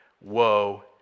woe